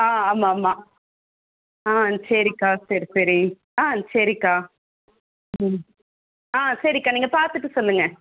ஆ ஆமாம் ஆமாம் ஆ சரிக்கா சரி சரி ஆ சரிக்கா ம் ஆ சரிக்கா நீங்கள் பார்த்துட்டு சொல்லுங்கள்